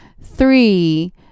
three